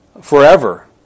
forever